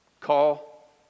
call